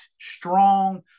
strong